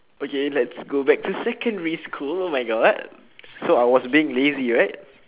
okay let's go back to secondary school oh my god so I was being lazy right